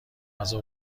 غذا